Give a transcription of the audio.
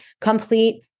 Complete